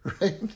right